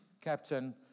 captain